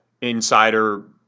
insider